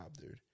dude